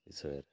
ବିଷୟରେ